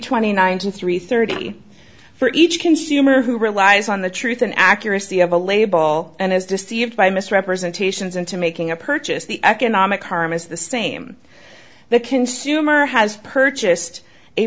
twenty nine thousand three thirty for each consumer who relies on the truth and accuracy of a label and as deceived by misrepresentations into making a purchase the economic harm is the same the consumer has purchased a